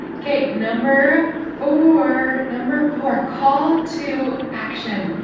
okay, number four. number four, call to action.